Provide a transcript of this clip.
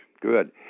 Good